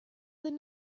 than